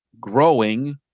growing